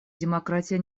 демократия